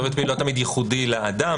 כתובת IP לא תמיד ייחודית לאדם,